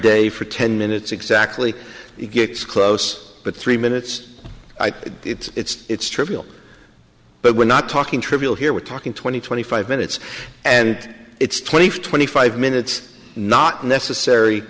day for ten minutes exactly it gets close but three minutes i think it's trivial but we're not talking trivial here we're talking twenty twenty five minutes and it's twenty five twenty five minutes not necessary